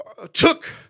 Took